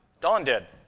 dawn did.